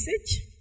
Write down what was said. message